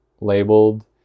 labeled